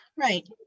Right